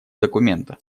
документа